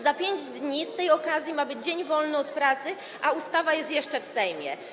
Za 5 dni z tej okazji ma być dzień wolny od pracy, a ustawa jest jeszcze w Sejmie.